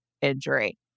injury